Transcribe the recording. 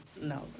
no